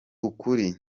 ukuri